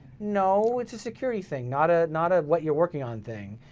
no, it's a security thing, not ah not a what you're working on thing.